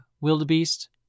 wildebeest